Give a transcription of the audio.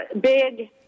big